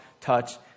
touch